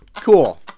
Cool